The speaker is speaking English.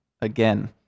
again